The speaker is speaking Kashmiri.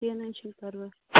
کیٚنٛہہ نہ حظ چھُ نہٕ پرواے